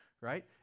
right